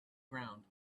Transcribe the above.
ground